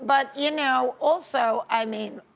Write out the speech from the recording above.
but you know, also, i mean,